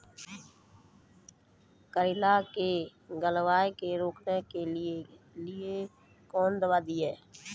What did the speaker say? करेला के गलवा के रोकने के लिए ली कौन दवा दिया?